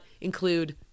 include